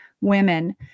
women